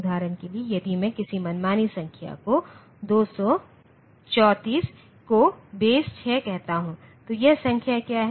उदाहरण के लिए यदि मैं किसी मनमानी संख्या को 234 को बेस 6 कहता हूं तो यह संख्या क्या है